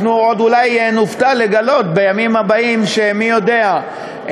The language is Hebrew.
אנחנו עוד אולי נופתע לגלות בימים הבאים ש-מי יודע,